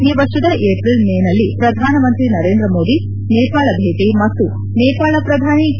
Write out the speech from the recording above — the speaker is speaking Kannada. ಈ ವರ್ಷದ ಏಪ್ರಿಲ್ ಮೇನಲ್ಲಿ ಪ್ರಧಾನಮಂತ್ರಿ ನರೇಂದ್ರ ಮೋದಿ ನೇಪಾಳ ಭೇಟಿ ಮತ್ತು ನೇಪಾಳ ಪ್ರಧಾನಿ ಕೆ